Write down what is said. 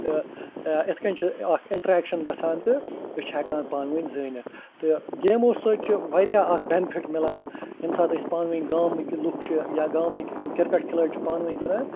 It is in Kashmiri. تہٕ اِتھ کٔنۍ چھُ اکھ انٹرٮ۪کشن گژھان تہٕ أسۍ چھِ ہٮ۪کان پانہٕ ؤنۍ زٲنِتھ تہٕ گیمو سۭتۍ چھُ وارِیاہ اکھ بٮ۪نہِ فِٹ مِلان ییٚمہِ ساتہٕ أسۍ پانہٕ ؤنۍ گامٕکۍ لُکھ چھِ گامٕکۍ یِم کرکٹ کھِلٲڑۍ چھِ پانہٕ ؤنۍ گِنٛدان